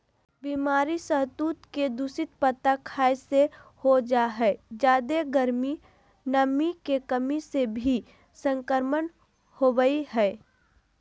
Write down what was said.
बीमारी सहतूत के दूषित पत्ता खाय से हो जा हई जादे गर्मी, नमी के कमी से भी संक्रमण होवई हई